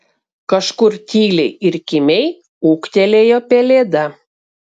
kažkur tyliai ir kimiai ūktelėjo pelėda